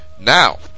Now